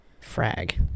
Frag